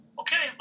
okay